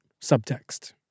subtext